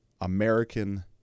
American